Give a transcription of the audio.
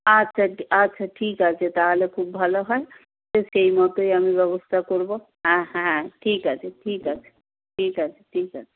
আচ্ছা আচ্ছা ঠিক আছে তাহলে খুব ভালো হয় সেই মতই আমি ব্যবস্থা করবো হ্যাঁ হ্যাঁ ঠিক আছে ঠিক আছে ঠিক আছে ঠিক আছে